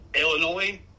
Illinois